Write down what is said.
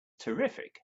terrific